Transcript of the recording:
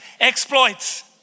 exploits